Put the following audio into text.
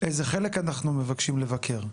איזה חלק אנחנו מבקשים לבקר,